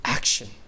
Action